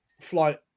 flight